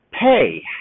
Pay